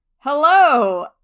Hello